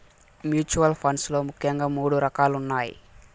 mutual funds లో ముఖ్యంగా మూడు రకాలున్నయ్